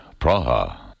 Praha